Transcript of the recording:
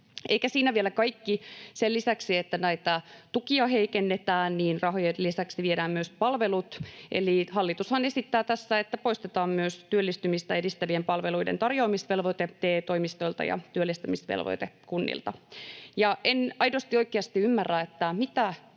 Eikä siinä vielä kaikki: sen lisäksi, että näitä tukia heikennetään, niin rahojen lisäksi viedään palvelut, eli hallitushan esittää tässä, että poistetaan myös työllistymistä edistävien palveluiden tarjoamisvelvoite TE-toimistoilta ja työllistämisvelvoite kunnilta. En aidosti oikeasti ymmärrä, mitä